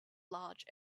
large